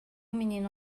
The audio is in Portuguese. menino